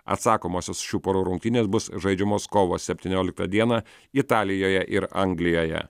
atsakomosios šių porų rungtynės bus žaidžiamos kovo septinioliktą dieną italijoje ir anglijoje